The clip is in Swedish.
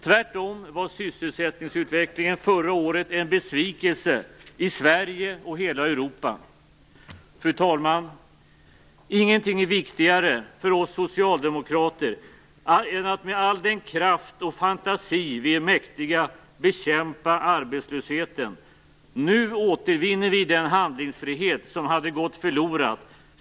Tvärtom var sysselsättningsutvecklingen förra året en besvikelse - i Sverige och i hela Europa. Fru talman! Ingenting är viktigare för oss socialdemokrater än att med all den kraft och fantasi vi är mäktiga bekämpa arbetslösheten. Nu återvinner vi den handlingsfrihet som hade gått förlorad.